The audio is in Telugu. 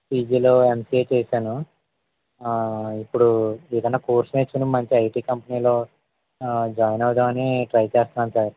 పీజీలో ఎమ్సిఎ చేసాను ఇప్పుడు ఏదయినా కోర్స్ నేర్చుకుని మంచి ఐటి కంపెనీలో జాయిన్ అవుదామని ట్రై చేస్తున్నాను సార్